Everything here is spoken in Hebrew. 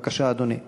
בבקשה, אדוני.